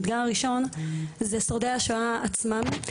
האתגר הראשון הוא שורדי השואה עצמם,